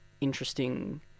interesting